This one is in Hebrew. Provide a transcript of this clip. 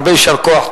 הרבה יישר כוח.